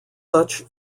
such